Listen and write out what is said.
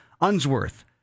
Unsworth